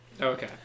Okay